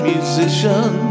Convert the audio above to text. Musician